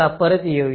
चला परत येऊ